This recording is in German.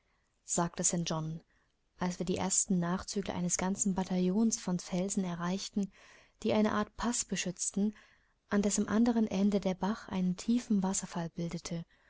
sagte st john als wir die ersten nachzügler eines ganzen bataillons von felsen erreichten die eine art paß beschützten an dessen anderem ende der bach einen tiefen wasserfall bildete